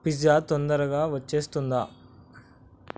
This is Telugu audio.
పిజ్జా తొందరగా వచ్చేస్తుందా